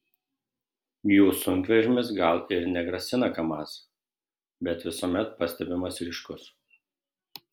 jų sunkvežimis gal ir negrasina kamaz bet visuomet pastebimas ryškus